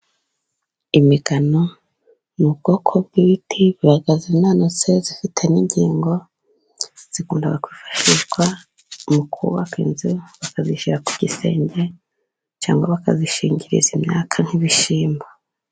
Imigano ni ubwoko bw'ibiti biba binanutse ifite n'ingingo ikunda kwifashishwa mu kubaka inzu, bakayishyira ku gisenge cyangwa bakayishingiriza imyaka nk'ibishyimbo.